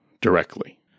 directly